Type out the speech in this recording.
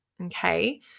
Okay